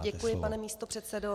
Děkuji, pane místopředsedo.